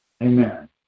Amen